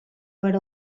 per